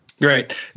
Great